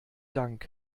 dank